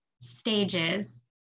stages